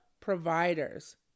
providers